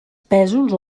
pèsols